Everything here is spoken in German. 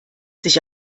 sich